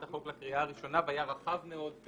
החוק לקריאה הראשונה והיה רחב מאוד.